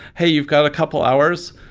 hey, you've got a couple hours.